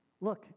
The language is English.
Look